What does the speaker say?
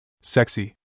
Sexy